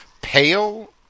Pale